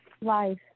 Life